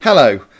Hello